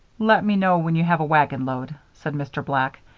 let me know when you have a wagon load, said mr. black.